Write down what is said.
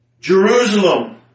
Jerusalem